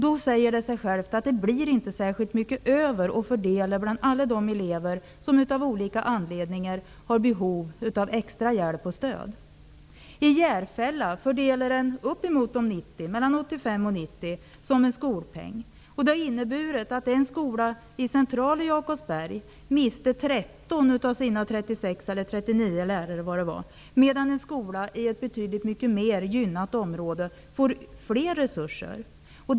Det säger sig självt att det då inte blir särskilt mycket över att fördela bland alla de elever som av olika anledningar har behov av extra hjälp och stöd. I Järfälla uppgår skolpengen till mellan 85 % och 90 %. Det har inneburit att en skola i centrala Jakobsberg har mist 13 av sina 36 lärare, medan en skola i ett bedydligt mycket mer gynnat område har fått ökade resurser.